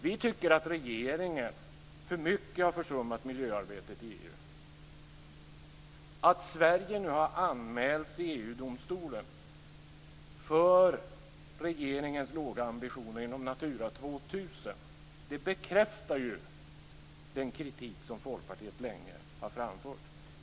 Vi tycker att regeringen för mycket har försummat miljöarbetet i EU. Att Sverige nu har anmälts i EU-domstolen för regeringens låga ambitioner inom Natura 2000 bekräftar den kritik som Folkpartiet sedan länge har framfört.